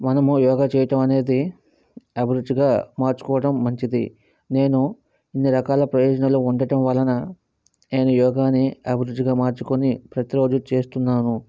మనము యోగా చేయటం అనేది అభిరుచిగా మార్చుకోవటం మంచిది నేను ఇన్ని రకాల ప్రయోజనాలు ఉండటం వలన నేను యోగాని అభిరుచిగా మార్చుకొని ప్రతిరోజు చేస్తున్నాను